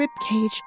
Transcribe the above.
ribcage